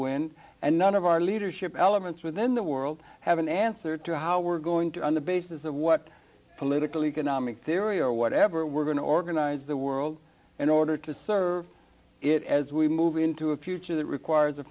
wind and none of our leadership elements within the world have an answer to how we're going to on the basis of what political economic theory or whatever we're going to organize the world in order to serve it as we move into a future that requires a